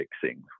fixing